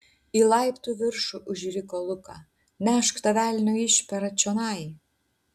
į laiptų viršų užriko luka nešk tą velnio išperą čionai